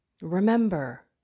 Remember